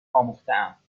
آموختهام